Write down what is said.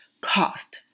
cost